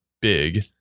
big